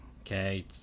Okay